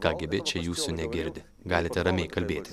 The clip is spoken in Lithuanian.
ką gi bet čia jūsų negirdi galite ramiai kalbėti